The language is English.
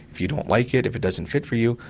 if you don't like it, if it doesn't fit for you,